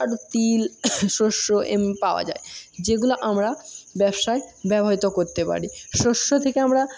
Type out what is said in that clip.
আর তিল শষ্য এমনি পাওয়া যায় যেগুলো আমরা ব্যবসায় ব্যবহৃত করতে পারি শষ্য থেকে আমরা